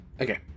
Okay